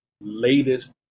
latest